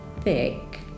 thick